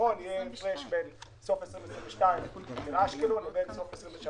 נכון יהיה הפרש בין אשקלון בסוף 2022 לבין סוף 2023